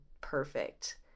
perfect